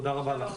תודה רבה לך.